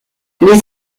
les